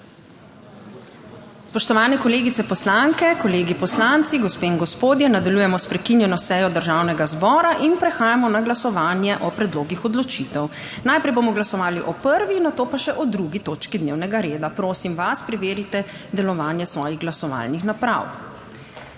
Spoštovane kolegice poslanke, kolegi poslanci, gospe in gospodje! Nadaljujemo s prekinjeno sejo Državnega zbora. Prehajamo na glasovanje o predlogih odločitev. Najprej bomo glasovali o 1., nato pa še o 2. točki dnevnega reda. Prosim vas, preverite delovanje svojih glasovalnih naprav!